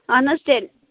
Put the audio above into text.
اہن حَظ تیٚلہِ